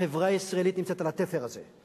החברה הישראלית נמצאת על התפר הזה.